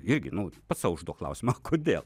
irgi nu pats sau užduok klausimą kodėl